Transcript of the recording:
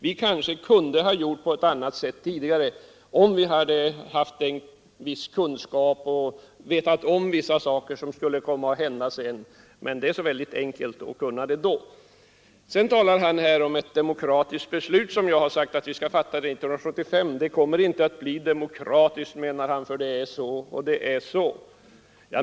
Vi kanske kunde ha gjort på ett annat sätt tidigare, om vi hade haft vissa kunskaper och vetat om vissa saker som skulle komma att ändras senare, men det är enkelt att säga det nu. Sedan talade Jörn Svensson om demokratiska beslut som jag har sagt att vi skall fatta 1975. Det kommer inte att bli demokratiskt, menar han, för det är så och så.